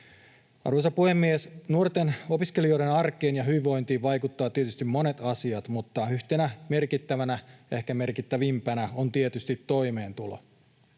Arvoisa puhemies! Nuorten opiskelijoiden arkeen ja hyvinvointiin vaikuttaa tietysti monet asiat, mutta yhtenä merkittävänä, ehkä merkittävimpänä, on tietysti toimeentulo: